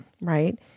Right